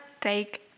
take